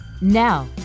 Now